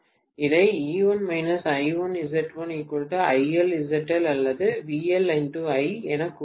இதை அல்லது என கூறலாம்